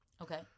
Okay